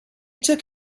took